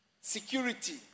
security